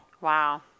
Wow